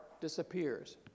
disappears